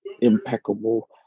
impeccable